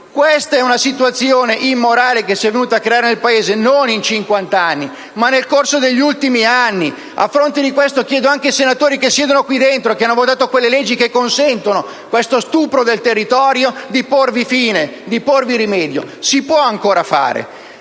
Questa è una situazione immorale che si è venuta a creare nel Paese, non in cinquant'anni, ma nel corso degli ultimi anni. A fronte di questo, chiedo anche ai senatori che siedono qui dentro e che hanno votato quelle leggi che consentono questo stupro del territorio di porvi fine e di porvi rimedio. Si può ancora fare.